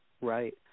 Right